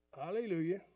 hallelujah